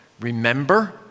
remember